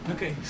Okay